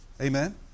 Amen